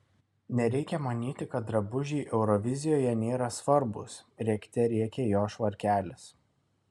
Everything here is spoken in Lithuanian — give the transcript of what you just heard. nereikia manyti kad drabužiai eurovizijoje nėra svarbūs rėkte rėkė jo švarkelis